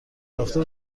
یافته